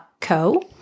Co